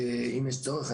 אם יש צורך,